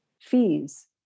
fees